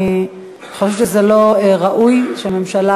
אני חושבת שזה לא ראוי שהממשלה